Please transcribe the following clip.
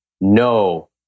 No